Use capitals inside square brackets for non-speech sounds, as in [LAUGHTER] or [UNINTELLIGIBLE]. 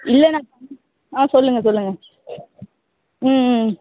இல்லை நான் [UNINTELLIGIBLE] ஆ சொல்லுங்கள் சொல்லுங்கள் ம் ம்